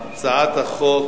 הצעת החוק